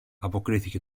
αποκρίθηκε